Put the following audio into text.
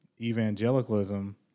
evangelicalism